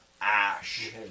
ash